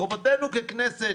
חובתנו ככנסת,